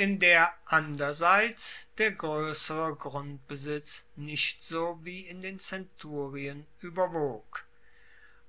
der anderseits der groessere grundbesitz nicht so wie in den zenturien ueberwog